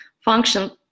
function